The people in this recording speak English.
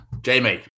Jamie